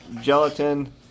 gelatin